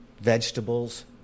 vegetables